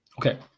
Okay